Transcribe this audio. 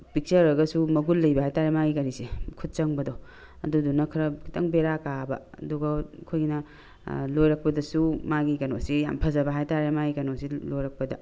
ꯄꯤꯛꯆꯔꯒꯁꯨ ꯃꯒꯨꯟ ꯂꯩꯕ ꯍꯥꯏꯕꯇꯥꯔꯦ ꯃꯥꯒꯤ ꯀꯔꯤꯁꯦ ꯈꯨꯠ ꯆꯪꯕꯗꯣ ꯑꯗꯨꯗꯨꯅ ꯈꯔ ꯈꯤꯇꯪ ꯕꯦꯔꯥ ꯀꯥꯕ ꯑꯗꯨꯒ ꯑꯩꯈꯣꯏꯅ ꯂꯣꯏꯔꯛꯄꯗꯁꯨ ꯃꯥꯒꯤ ꯀꯩꯅꯣꯁꯦ ꯌꯥꯝꯅ ꯐꯖꯕ ꯍꯥꯏꯕꯇꯥꯔꯦ ꯃꯥꯒꯤ ꯀꯩꯅꯣꯁꯦ ꯂꯣꯏꯔꯛꯄꯗ